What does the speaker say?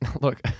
Look